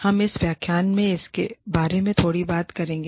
हम इस व्याख्यान में इसके बारे में थोड़ी बात करेंगे